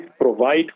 provide